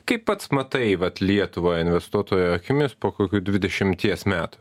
kaip pats matai vat lietuvą investuotojo akimis po kokių dvidešimties metų